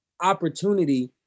opportunity